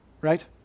Right